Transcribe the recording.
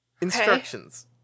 Instructions